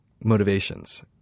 motivations